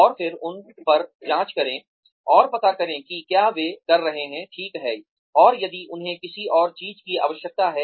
और फिर उन पर जांच करें और पता करें कि क्या वे कर रहे हैं ठीक है और यदि उन्हें किसी और चीज की आवश्यकता है